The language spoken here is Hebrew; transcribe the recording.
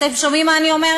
אתם שומעים מה אני אומרת?